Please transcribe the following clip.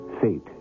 fate